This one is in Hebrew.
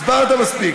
הסברת מספיק.